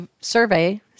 survey